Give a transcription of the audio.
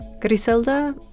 Griselda